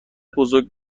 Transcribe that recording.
بزرگ